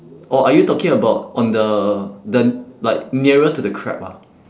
or are you talking about on the the like nearer to the crab ah